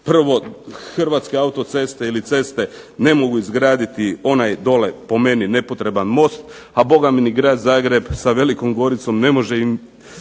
Prvo, Hrvatske autoceste ili ceste ne mogu izgraditi onaj dole, po meni nepotreban most, a Boga mi ni Grad Zagreb sa Velikom Goricom ne može